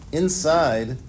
inside